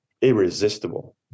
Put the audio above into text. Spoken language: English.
irresistible